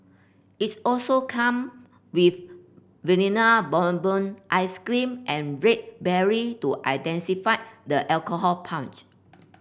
its also come with Vanilla Bourbon ice cream and red berry to intensify the alcohol punch